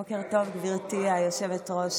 בוקר טוב, גברתי היושבת-ראש.